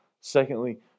Secondly